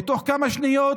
ותוך כמה שניות